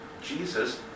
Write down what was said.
Jesus